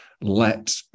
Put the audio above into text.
let